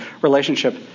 relationship